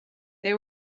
they